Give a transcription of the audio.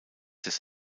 des